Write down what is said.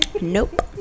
nope